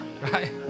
Right